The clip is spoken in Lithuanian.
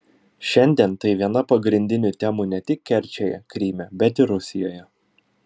šiandien tai viena pagrindinių temų ne tik kerčėje kryme bet ir rusijoje